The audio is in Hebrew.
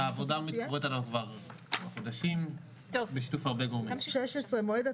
אני מבקש להתייחס פה קודם כל לסוגיה של תקרות.